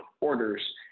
orders